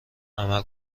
عمل